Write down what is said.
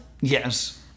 Yes